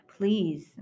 Please